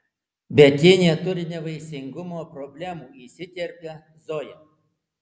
bet ji neturi nevaisingumo problemų įsiterpia zoja